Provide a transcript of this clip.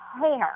hair